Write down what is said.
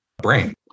Brain